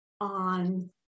on